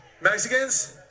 Mexicans